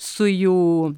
su jų